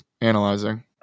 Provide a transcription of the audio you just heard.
analyzing